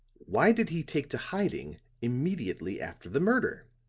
why did he take to hiding immediately after the murder?